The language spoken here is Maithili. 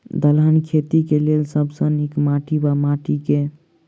दलहन खेती केँ लेल सब सऽ नीक माटि वा माटि केँ?